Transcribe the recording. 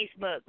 Facebook